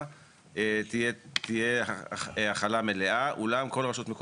היא דווקא ברשויות שפחות מבינות את צורכי הציבור הדתי בצורך במפרסות